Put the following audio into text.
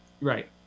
Right